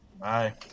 Bye